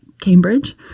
Cambridge